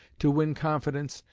to win confidence,